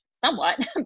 Somewhat